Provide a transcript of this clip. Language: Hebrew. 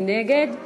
מי נגד?